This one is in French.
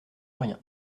rien